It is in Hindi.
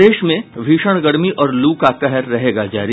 प्रदेश में भीषण गर्मी और लू का कहर रहेगा जारी